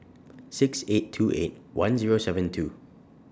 six eight two eight one Zero seven two